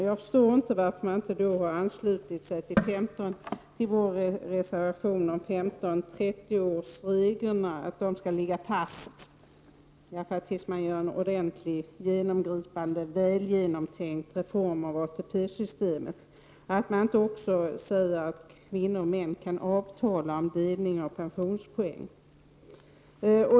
Jag förstår inte varför man inte har anslutit sig till vår reservation om att 15 och 30-årsreglerna skall ligga fast tills man gör en genomgripande och väl genomtänkt reform av ATP-systemet. Jag förstår inte heller att man inte stöder tanken att kvinnor och män skall kunna avtala om delning av pensionspoäng.